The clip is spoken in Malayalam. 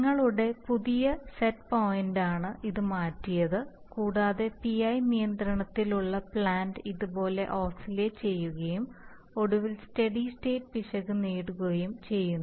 നിങ്ങളുടെ പുതിയ സെറ്റ് പോയിന്റാണ് ഇത് മാറ്റിയത് കൂടാതെ പിഐ നിയന്ത്രണത്തിലുള്ള പ്ലാന്റ് ഇതുപോലെ ഓസിലേറ്റ് ചെയ്യുകയും ഒടുവിൽ സ്റ്റെഡി സ്റ്റേറ്റ് പിശക് നേടുകയും ചെയ്യുന്നു